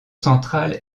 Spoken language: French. central